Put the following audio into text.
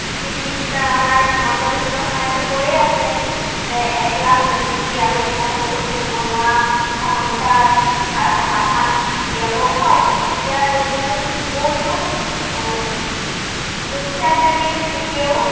chief minister আমাৰ হিমন্ত বিশ্ব শৰ্মাইতো কৈয়ে আছে যে একলাখ নিযুক্তি আৰু দিব বহুতো নিৱনুৱা সমস্যাৰ সমাধান উলিয়াব হয় এতিয়া দেখিছোঁ বহুতো দুখীয়া শ্ৰেণীৰ লোকেও